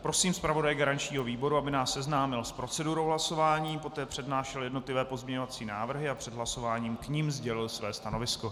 Prosím zpravodaje garančního výboru, aby nás seznámil s procedurou hlasování, poté přednášel jednotlivé pozměňovací návrhy a před hlasováním k nim sdělil své stanovisko.